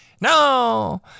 No